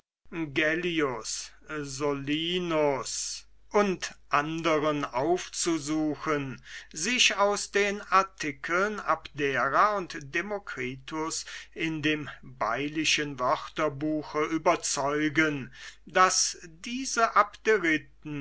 solinus u a aufzusuchen sich aus den artikeln abdera und demokritus in dem baylischen wörterbuche überzeugen daß diese